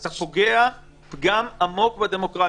אתה פוגע פגם עמוק בדמוקרטיה.